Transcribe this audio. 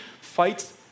fights